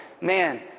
man